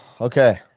Okay